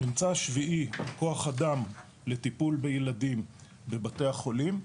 הממצא השביעי, כוח אדם לטיפול בילדים בבתי החולים.